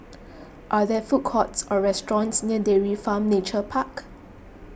are there food courts or restaurants near Dairy Farm Nature Park